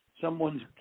Someone's